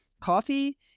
Coffee